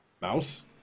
Mouse